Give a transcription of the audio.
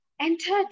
entered